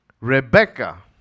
Rebecca